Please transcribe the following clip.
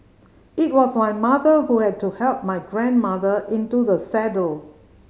it was my mother who had to help my grandmother into the saddle